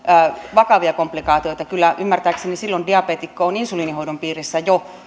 vakavia komplikaatioita kyllä ymmärtääkseni silloin diabeetikko on jo insuliinihoidon piirissä